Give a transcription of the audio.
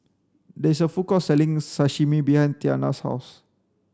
there is a food court selling Sashimi behind Tiana's house